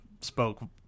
spoke